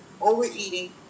overeating